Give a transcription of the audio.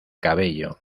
cabello